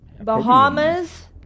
Bahamas